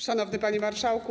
Szanowny Panie Marszałku!